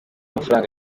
amafaranga